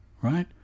right